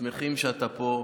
שמחים שאתה פה,